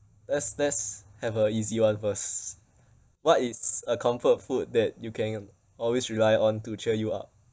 let's let's have a easy one first what is a comfort food that you can always rely on to cheer you up